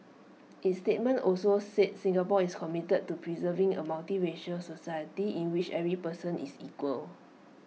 its statement also said Singapore is committed to preserving A multiracial society in which every person is equal